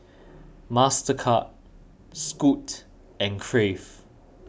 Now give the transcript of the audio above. Mastercard Scoot and Crave